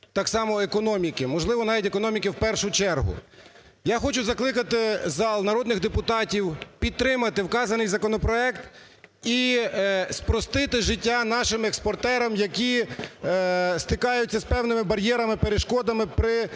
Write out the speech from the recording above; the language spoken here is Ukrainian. так само економіки, можливо навіть економіки у першу чергу. Я хочу закликати зал, народних депутатів підтримати вказаний законопроект і спростити життя нашим експортерам, які стикаються з певними бар'єрами, перешкодами при експортуванні